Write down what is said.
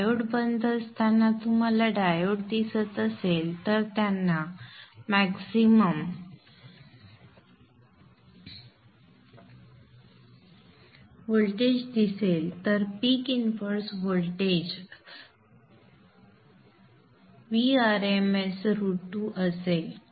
diode बंद असताना तुम्हाला डायोड दिसत असेल तर त्यांना मॅक्सिमम व्होल्टेज दिसेल तर peak inverse voltage peak inverse voltage Vrms √2 असेल